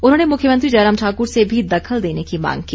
उन्होंने मुख्यमंत्री जयराम ठाकुर से भी दखल देने की मांग की